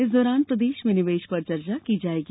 इस दौरान प्रदेश में निवेश पर चर्चा की जायेगी